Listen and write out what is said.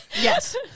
Yes